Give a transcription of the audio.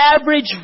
average